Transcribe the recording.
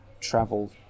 travel